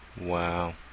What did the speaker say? Wow